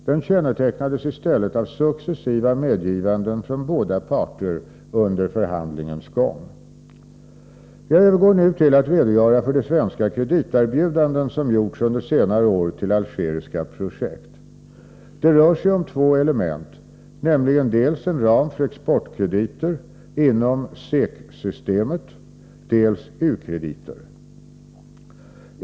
Den kännetecknadesi stället av successiva medgivanden från båda parter under förhandlingens gång. Jag övergår nu till att redogöra för de svenska krediterbjudanden som gjorts under senare år till algeriska projekt. Det rör sig om två element, nämligen dels en ram för exportkrediter inom SEK-systemet, dels u-krediter.